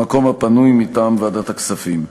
במקום הפנוי מטעם ועדת הכספים.